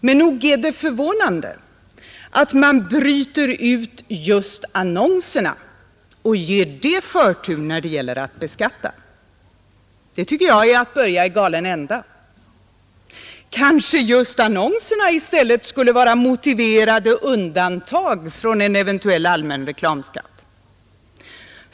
Men nog är det förvånande att man bryter ut just annonserna och ger dem förtur när det gäller att beskatta. Det tycker jag är att börja i galen ända. Kanske just annonserna i stället skulle vara motiverade undantag från en eventuell allmän reklamskatt?